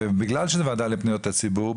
ובגלל שזו ועדה לפניות הציבור,